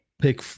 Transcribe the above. Pick